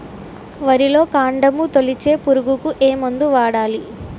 వరిలో కాండము తొలిచే పురుగుకు ఏ మందు వాడాలి?